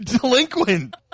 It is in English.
delinquent